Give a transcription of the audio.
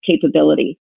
capability